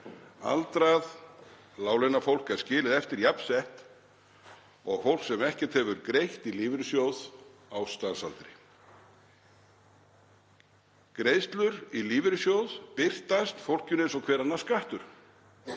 Aldrað láglaunafólk er skilið eftir jafnsett og fólk sem ekkert hefur greitt í lífeyrissjóð á starfsaldri. Greiðslur í lífeyrissjóð birtast fólkinu eins og hver annar skattur